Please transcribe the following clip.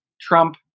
Trump